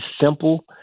simple